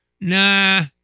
Nah